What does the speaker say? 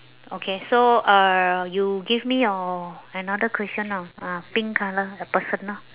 okay so uh you give me your another question ah ah pink colour a personal